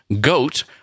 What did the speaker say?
goat